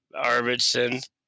Arvidsson